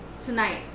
tonight